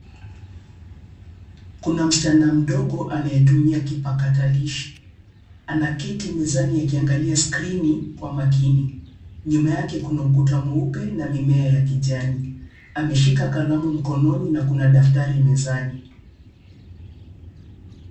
Kuna msichana mdogo anayetumia kipakatalishi, anaketi mezani akiangalia skrini kwa makini. Nyuma yake kuna ukuta mweupe na mimea ya kijani, ameshika kalamu mkononi na kuna daftari mezani.